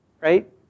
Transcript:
right